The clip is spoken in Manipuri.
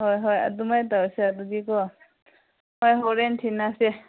ꯍꯣꯏ ꯍꯣꯏ ꯑꯗꯨꯃꯥꯏꯅ ꯇꯧꯔꯁꯦ ꯑꯗꯨꯗꯤ ꯀꯣ ꯍꯣꯏ ꯍꯣꯔꯦꯟ ꯊꯦꯡꯅꯁꯦ